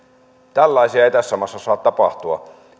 tällaisia ei tässä maassa saa tapahtua